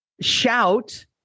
shout